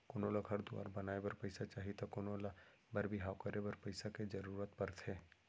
कोनो ल घर दुवार बनाए बर पइसा चाही त कोनों ल बर बिहाव करे बर पइसा के जरूरत परथे